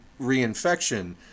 reinfection